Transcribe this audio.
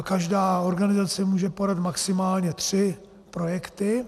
Každá organizace může podat maximálně tři projekty.